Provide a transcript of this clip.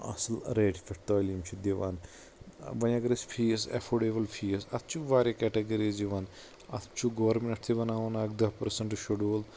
اصل ریٹ پٮ۪ٹھ تعلیٖم چھِ دِوان وۄنۍ اگر أسۍ فیٖس اٮ۪فوڈیبٕل فیٖس اتھ چھ واریاہ کیٹگریٖز یِوان اتھ چھُ گوٚرمنٹ تہِ بناوان اکھ دہ پٔرسنٛٹ شڈوٗل